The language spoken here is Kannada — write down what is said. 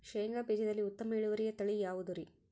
ಶೇಂಗಾ ಬೇಜದಲ್ಲಿ ಉತ್ತಮ ಇಳುವರಿಯ ತಳಿ ಯಾವುದುರಿ?